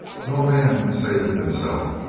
no man saveth himself,